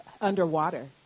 underwater